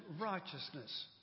righteousness